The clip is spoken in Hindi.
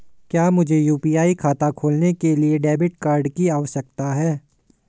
क्या मुझे यू.पी.आई खाता खोलने के लिए डेबिट कार्ड की आवश्यकता है?